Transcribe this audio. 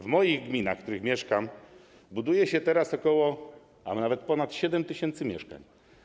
W moich gminach, w których mieszkam, buduje się teraz około, a nawet ponad 7 tys. mieszkań.